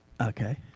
Okay